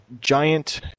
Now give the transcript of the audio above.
giant